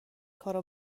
کارو